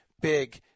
big